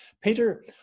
Peter